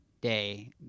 day